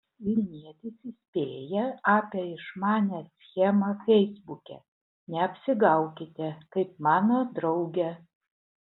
vilnietis įspėja apie išmanią schemą feisbuke neapsigaukite kaip mano draugė